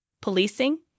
policing